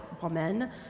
woman—